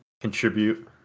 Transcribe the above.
contribute